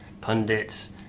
pundits